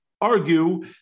argue